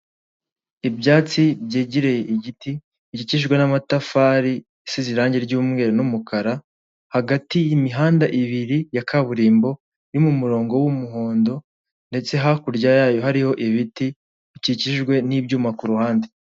Ibyatsi byegereye igiti, gikijwe n'amatafari isize irangi ry'umweru n'umukara. Hagati y'imihanda ibiri ya kaburimbo, n'umurongo w'umuhondo ndetse hakurya yayo hariho ibiti bikikijwe n'ibyuma kuruhande.